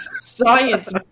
science